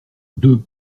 deux